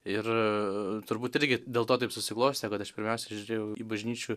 ir turbūt irgi dėl to taip susiklostė kad aš pirmiausiai žiūrėjau į bažnyčių